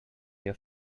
your